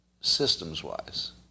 systems-wise